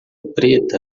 preta